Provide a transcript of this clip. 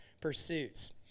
pursuits